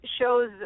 shows